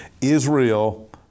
Israel